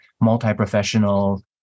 multi-professional